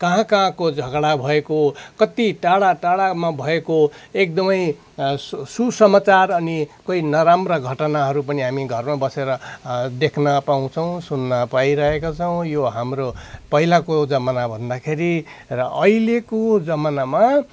कहाँ कहाँको झगडा भएको कति टाढा टाढामा भएको एकदमै सुसमाचार अनि कोही नराम्रा घटनाहरू पनि हामी घरमा बसेर देख्न पाउँछौँ सुन्न पाइरहेका छौँ यो हाम्रो पहिलाको जमाना भन्दाखेरि र अहिलेको जमानामा